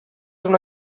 una